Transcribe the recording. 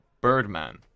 Birdman